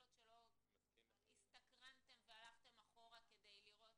כל עוד לא הסתקרנתם והלכתם אחורה כדי לראות